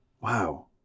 Wow